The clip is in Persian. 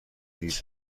ریز